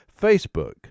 Facebook